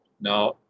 Now